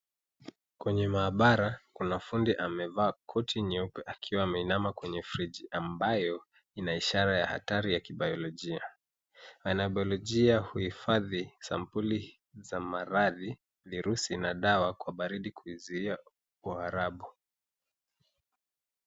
Kwenye maabara kuna fundi amevaa koti nyeupe akiwa ameinama kwenye friji, ambayo ina ishara ya hatari ya kibaiolojia. Wanabiolojia huifadhi sampuli za maradhi, virusi , na dawa kwa baridi kuizuia huharabu.